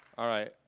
alright,